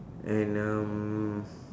and um